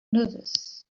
nervous